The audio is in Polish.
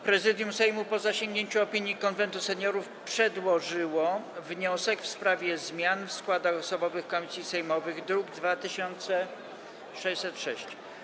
Prezydium Sejmu, po zasięgnięciu opinii Konwentu Seniorów, przedłożyło wniosek w sprawie zmian w składach osobowych komisji sejmowych, druk nr 2606.